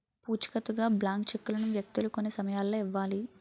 పూచికత్తుగా బ్లాంక్ చెక్కులను వ్యక్తులు కొన్ని సమయాల్లో ఇవ్వాలి